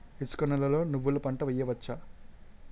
ఇసుక నేలలో నువ్వుల పంట వేయవచ్చా?